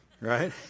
Right